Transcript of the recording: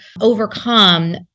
overcome